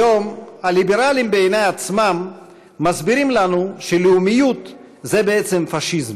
היום הליברלים בעיני עצמם מסבירים לנו שלאומיות זה בעצם פאשיזם,